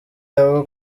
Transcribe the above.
abo